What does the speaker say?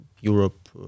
Europe